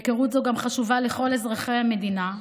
היכרות זו חשובה גם לכל אזרחי המדינה,